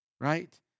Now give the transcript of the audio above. Right